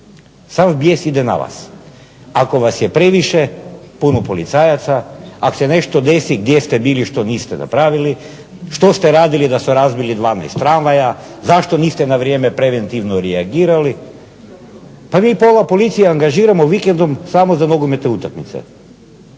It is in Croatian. Sav bijes ide na vas, ako vas je previše puno policajaca, ako se nešto desi gdje ste bili, što niste napravili, što ste radili da su razbili 12 tramvaja, zašto niste na vrijeme preventivno reagirali? Pa mi pola policije angažiramo vikendom samo za nogometne utakmice.